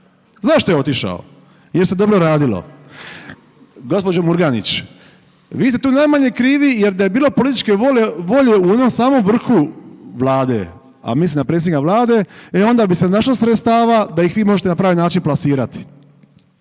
Zašto je otišao? Jer se dobro radilo. Gđo. Murganić, vi ste tu najmanje krivi jer da je bilo političke volje u onom samom vrhu vlade, a mislim na predsjednika vlade, e onda bi se našlo sredstava da ih vi možete na pravi način plasirati.